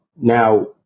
Now